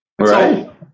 Right